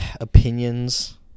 opinions